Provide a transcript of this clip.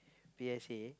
P_S_A